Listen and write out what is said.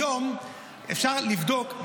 היום אפשר לבדוק,